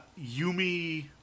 Yumi